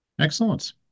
Excellent